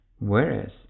Whereas